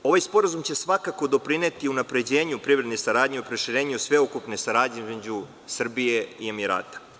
Ovaj sporazum će svakako doprineti unapređenju privredne saradnje i proširenju sveukupne saradnje između Srbije i Emirata.